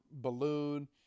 balloon